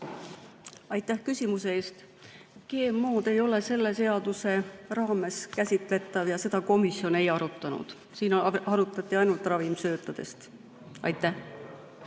Aitäh küsimuse eest! GMO-d ei ole selle seaduse raames käsitletavad ja seda komisjon ei arutanud. Arutati ainult ravimsöötade teemat.